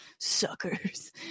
suckers